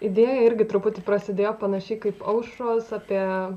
idėja irgi truputį prasidėjo panašiai kaip aušros apie